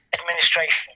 administration